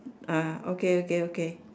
ah okay okay okay